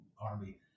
army